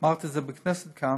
אמרתי את זה בכנסת כאן: